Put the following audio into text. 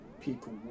people